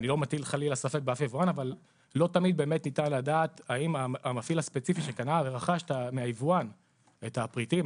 לא תמיד באמת ניתן לדעת האם המפעיל הספציפי שרכש מהיבואן את הפריטים,